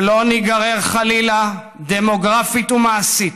שלא ניגרר, חלילה, דמוגרפית ומעשית,